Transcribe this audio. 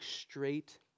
straight